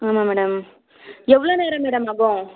ஆமாம் மேடம் எவ்வளோ நேரம் மேடம் ஆகும்